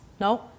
No